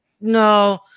No